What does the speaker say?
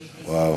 וואו.